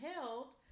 held